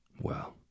Well